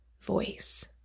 voice